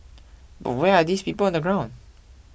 but where are these people on the ground